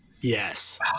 Yes